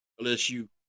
LSU